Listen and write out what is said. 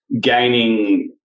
gaining